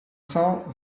cents